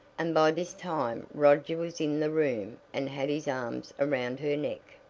and by this time roger was in the room and had his arms around her neck.